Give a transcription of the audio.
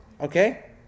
okay